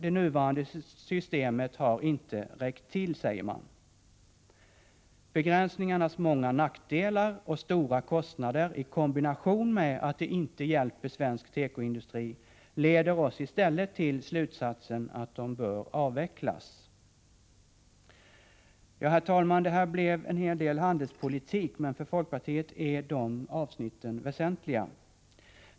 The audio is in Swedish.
Det nuvarande systemet har inte räckt till, säger man. Begränsningarnas många nackdelar och stora kostnader i kombination med att de inte hjälper svensk tekoindustri leder oss i stället till slutsatsen att de bör avvecklas. Herr talman! En hel del av mitt anförande har handlat om handelspolitik, men för folkpartiet är dessa avsnitt väsentliga.